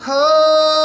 Home